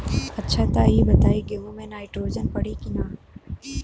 अच्छा त ई बताईं गेहूँ मे नाइट्रोजन पड़ी कि ना?